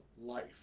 life